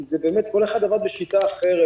כי באמת כל אחד עבד בשיטה אחרת,